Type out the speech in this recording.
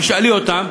תשאלי אותם,